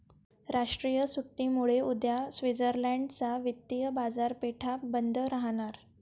राष्ट्रीय सुट्टीमुळे उद्या स्वित्झर्लंड च्या वित्तीय बाजारपेठा बंद राहणार